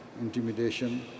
intimidation